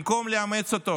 במקום לאמץ אותו